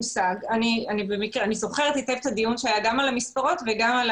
אני זוכרת היטב את הדיון שהיה גם על המספרות וגם על